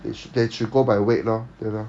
they they should go by weight lor 对 lor